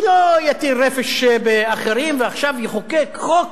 שלא יטיל רפש באחרים ועכשיו יחוקק חוק